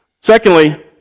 Secondly